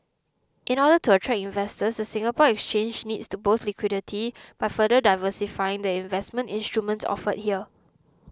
in order to attract investors the Singapore Exchange needs to boost liquidity by further diversifying the investment instruments offered here